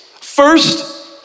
First